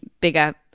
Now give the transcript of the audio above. bigger